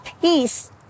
peace